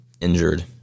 Injured